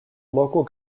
local